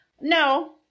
no